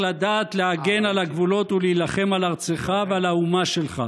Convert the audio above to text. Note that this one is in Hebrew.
לדעת להגן על הגבולות ולהילחם על ארצך ועל האומה שלך.